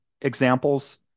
examples